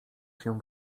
się